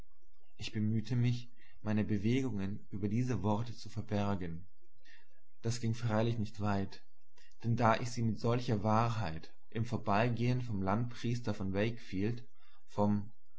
ich bemühte mich meine bewegungen über diese worte zu verbergen das ging freilich nicht weit denn da ich sie mit solcher wahrheit im vorbeigehen vom landpriester von wakefield vom reden